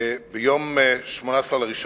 ביום 18 בינואר